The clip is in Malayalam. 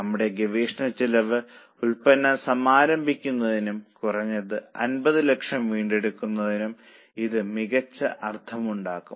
നമ്മളുടെ ഗവേഷണച്ചെലവ് ഉൽപ്പന്നം സമാരംഭിക്കുന്നതിനും കുറഞ്ഞത് 50 ലക്ഷം വീണ്ടെടുക്കുന്നതിനും ഇത് മികച്ച അർത്ഥമുണ്ടാക്കും